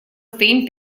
стоим